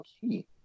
key